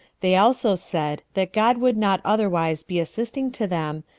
they also said that god would not otherwise be assisting to them,